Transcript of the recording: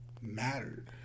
mattered